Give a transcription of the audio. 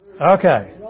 Okay